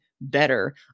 better